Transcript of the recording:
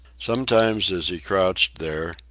sometimes as he crouched there,